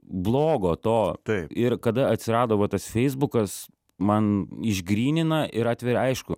blogo to ir kada atsirado va tas feisbukas man išgrynina ir atveria aišku